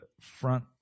front